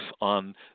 on